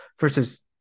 versus